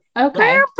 Okay